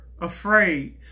afraid